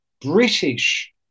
British